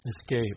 escape